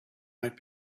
might